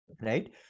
right